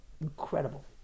incredible